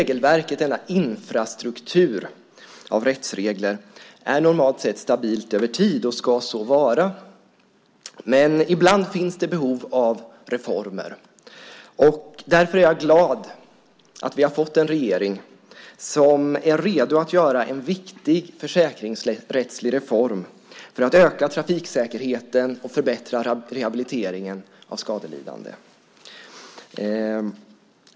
Denna infrastruktur av rättsregler är normalt sett stabil över tiden och ska så vara. Men ibland finns det behov av reformer, och därför är jag glad att vi har fått en regering som är redo att göra en viktig försäkringsrättslig reform för att öka trafiksäkerheten och förbättra rehabiliteringen av skadelidande.